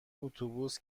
اتوبوس